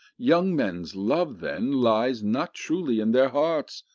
young men's love, then, lies not truly in their hearts,